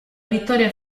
vittoria